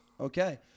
Okay